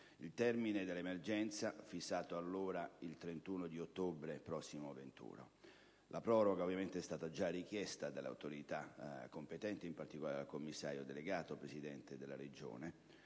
Il termine dell'emergenza fu fissato allora al 31 ottobre prossimo venturo. La proroga ovviamente è stata già richiesta dall'autorità competente, in particolare dal commissario delegato, presidente della Regione,